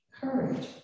courage